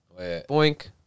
Boink